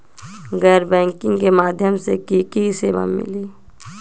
गैर बैंकिंग के माध्यम से की की सेवा मिली?